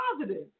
positive